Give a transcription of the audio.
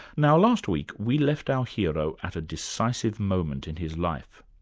now last week, we left our hero at a decisive moment in his life.